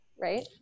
right